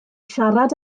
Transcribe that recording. siarad